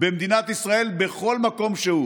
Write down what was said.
במדינת ישראל בכל מקום שהוא.